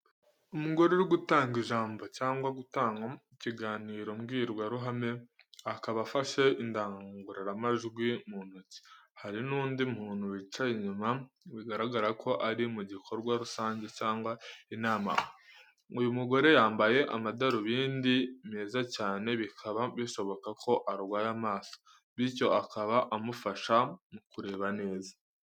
Umugore uri gutanga ijambo cyangwa gutanga ikiganirombwirwa ruhame, akaba afashe indangururamajwi mu ntoki. Hari n’undi muntu wicaye inyuma, bigaragaza ko ari mu gikorwa rusange cyangwa inama. Uyu mugore yambaye amadarubindi meza cyane bikaba bishoboka ko arwaye amaso, bityo akaba amufasha mu kureba neza.